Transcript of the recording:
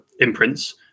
imprints